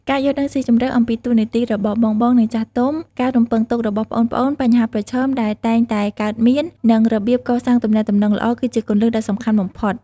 ការយល់ដឹងស៊ីជម្រៅ អំពីតួនាទីរបស់បងៗ និងចាស់ទុំ ការរំពឹងទុករបស់ប្អូនៗ បញ្ហាប្រឈមដែលតែងតែកើតមាន និងរបៀបកសាងទំនាក់ទំនងល្អ គឺជាគន្លឹះដ៏សំខាន់បំផុត។